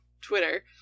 Twitter